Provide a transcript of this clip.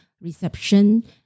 reception